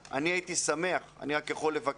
אני הייתי שמח אם הוועדה אני רק יכול לבקש,